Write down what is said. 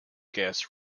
guest